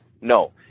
No